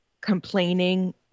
complaining